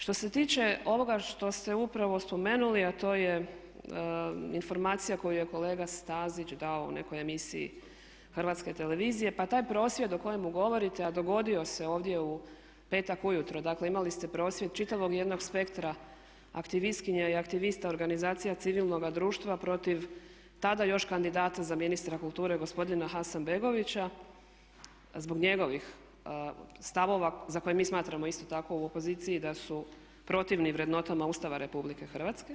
Što se tiče ovoga što ste upravo spomenuli a to je informacija koju je kolega Stazić dao u nekoj emisiji Hrvatske televizije pa taj prosvjed o kojemu govorite, a dogodio se ovdje u petak ujutro, dakle imali ste prosvjed čitavog jednog spektra aktiviskinja i aktivista organizacija civilnoga društva protiv tada još kandidata za ministra kulture gospodina Hasanbegovića zbog njegovih stavova za koje mi smatramo isto tako u opoziciji da su protivni vrednotama Ustava Republike Hrvatske.